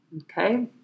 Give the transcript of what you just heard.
Okay